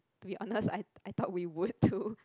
to be honest I I told we would too